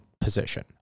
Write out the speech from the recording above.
position